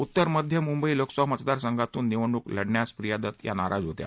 उत्तर मध्य मुंबई लोकसभा मतदार संघातून निवडणूक लढण्यास प्रिया दत्त या नाराज होत्या